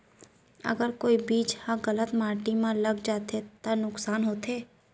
अगर कोई बीज ह गलत माटी म लग जाथे त का नुकसान होथे?